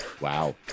Wow